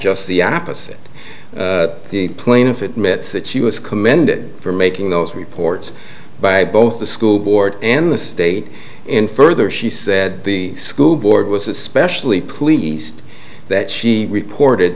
just the opposite the plaintiff admits that she was commended for making those reports by both the school board and the state and further she said the school board was especially pleased that she reported